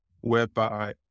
whereby